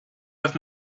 with